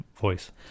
voice